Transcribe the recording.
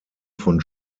von